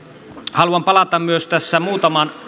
haluan myös palata tässä muutaman